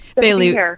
Bailey